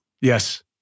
Yes